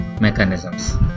mechanisms